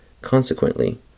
Consequently